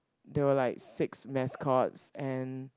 there were like six mascots and